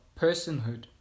personhood